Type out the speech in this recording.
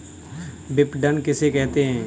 विपणन किसे कहते हैं?